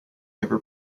ever